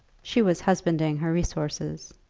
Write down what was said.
she was husbanding her resources.